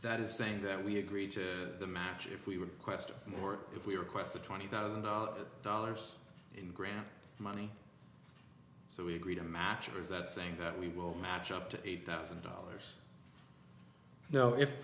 that is saying that we agreed to the match if we would question more if we request the twenty thousand dollars in grant money so we agree to match or is that saying that we will match up to eight thousand dollars now if